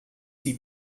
sie